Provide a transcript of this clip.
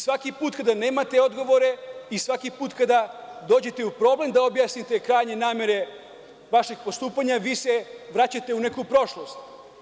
Svaki put kada nemate odgovore i svaki put kada dođete u problem da objasnite krajnje namere vašeg postupanja, vi se vraćate u neku prošlost.